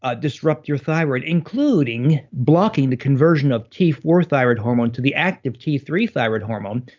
ah disrupt your thyroid including blocking the conversion of t four thyroid hormone to the active t three thyroid hormone.